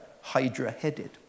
hydra-headed